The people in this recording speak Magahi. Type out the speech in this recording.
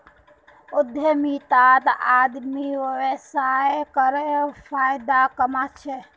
उद्यमितात आदमी व्यवसाय करे फायदा कमा छे